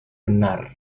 benar